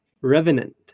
Revenant